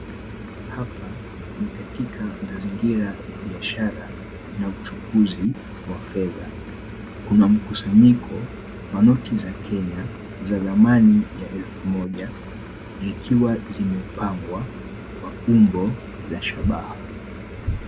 Hapa ni katika mazingira ya biashara na uchukuzi wa fedha. Kuna mkusanyiko wa noti za Kenya za thamani ya elfu moja zikiwa zimepangwa kwa umbo la shabaha.